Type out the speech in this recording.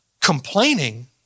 Complaining